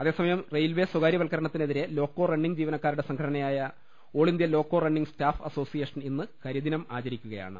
അതേസമയം റെയിൽവെ സ്വകാര്യവൽക്കരണത്തിനെതിരെ loco running ജീവനക്കാരുടെ സംഘടനയായ all India loco running staff association ഇന്ന് കരിദിനം ആച രിക്കുകയാണ്